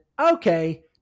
okay